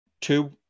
two